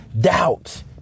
doubt